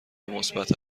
مثبت